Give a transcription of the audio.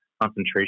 concentration